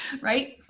right